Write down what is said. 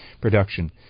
production